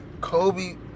Kobe